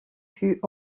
fut